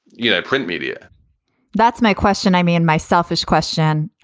you know, print media that's my question. i mean, my selfish question.